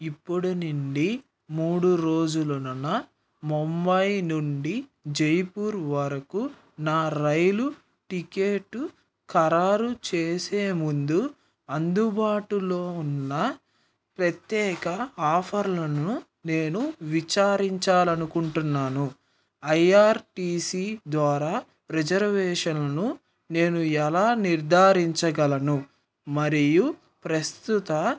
ఇపుడు నుండి మూడు రోజులున ముంబై నుండి జైపూర్ వరకు నా రైలు టికెట్టు ఖరారు చేసే ముందు అందుబాటులో ఉన్న ప్రత్యేక ఆఫర్లను నేను విచారించాలనుకుంటున్నాను ఐఆర్సీటీసీ ద్వారా రిజర్వేషన్ను నేను ఎలా నిర్ధారించగలను మరియు ప్రస్తుత